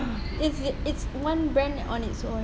is it it's one brand on its own